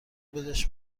بدش